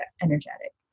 energetic